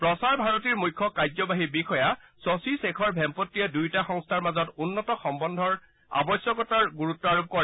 প্ৰসাৰ ভাৰতীৰ মুখ্য কাৰ্যবাহী বিষয়া শশী শেখৰ ভেম্পতীয়ে দুয়োটা সংস্থাৰ মাজত উন্নত সমন্বয়ৰ আৱশ্যকতাত গুৰুত্ব আৰোপ কৰে